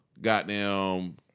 goddamn